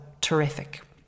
terrific